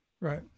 Right